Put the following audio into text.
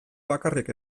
bakarrik